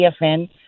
AFN